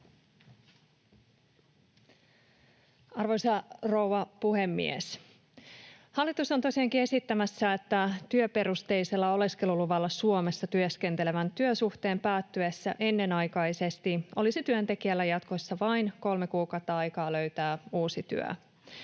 Arvoisa rouva puhemies! Hallitus on tosiaankin esittämässä, että työperusteisella oleskeluluvalla Suomessa työskentelevän työsuhteen päättyessä ennenaikaisesti olisi työntekijällä jatkossa vain kolme kuukautta aikaa löytää uusi työ.